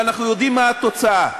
ואנחנו יודעים מה התוצאה.